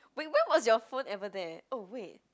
wait when was your phone ever there oh wait